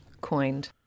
coined